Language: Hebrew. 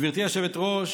גברתי היושבת-ראש,